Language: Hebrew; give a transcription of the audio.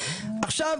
עכשיו,